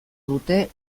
dute